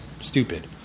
stupid